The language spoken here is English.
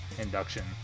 induction